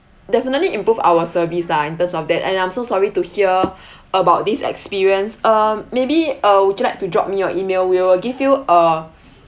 definitely improve our service lah in terms of that and I'm so sorry to hear about this experience um maybe uh would you like to drop me your email we will give you uh